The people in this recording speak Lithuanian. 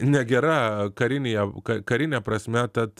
negera karinėje karine prasme tad